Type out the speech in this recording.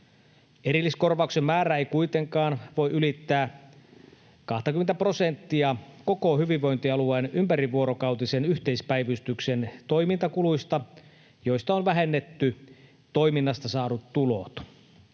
Erilliskorvauksen määrä ei kuitenkaan voi ylittää 20:tä prosenttia koko hyvinvointialueen ympärivuorokautisen yhteispäivystyksen toimintakuluista, joista on vähennetty toiminnasta saadut tulot.